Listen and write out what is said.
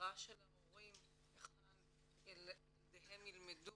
הבחירה של ההורים היכן ילדיהם ילמדו,